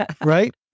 Right